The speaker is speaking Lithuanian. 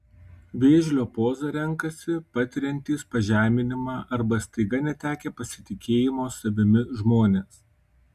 vėžlio pozą renkasi patiriantys pažeminimą arba staiga netekę pasitikėjimo savimi žmonės